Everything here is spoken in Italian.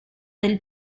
del